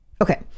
Okay